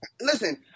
Listen